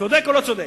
צודק או לא צודק.